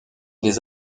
des